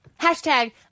hashtag